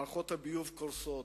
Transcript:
מערכות הביוב קורסות,